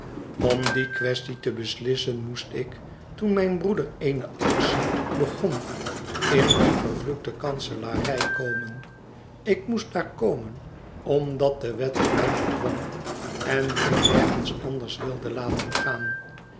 om die kwestie te beslissen moest ik toen mijn broeder eene actie begon in die vervloekte kanselarij komen ik moest daar komen omdat de wet er mij toe dwong en mij nergens anders wilde laten gaan